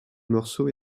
morceau